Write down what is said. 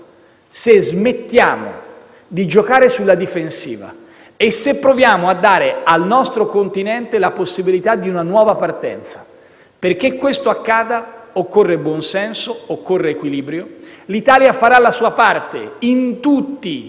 se smettiamo di giocare sulla difensiva e se proviamo a dare al nostro Continente la possibilità di una nuova partenza. Perché questo accada, occorre buon senso ed equilibrio. L'Italia farà la sua parte, in tutti i